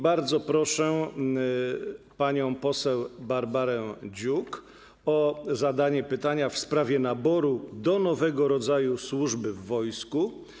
Bardzo proszę panią poseł Barbarę Dziuk o zadanie pytania w sprawie naboru do nowego rodzaju służby w wojsku.